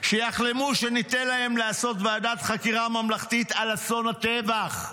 שיחלמו שניתן להם לעשות ועדת חקירה ממלכתית על אסון הטבח,